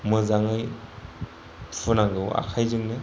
मोजाङै हुनांगौ आखायजोंनो